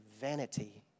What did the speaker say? vanity